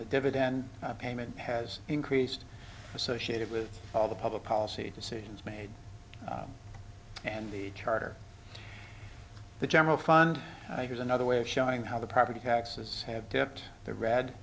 dividend payment has increased associated with all the public policy decisions made and the charter the general fund has another way of showing how the property taxes have tipped the red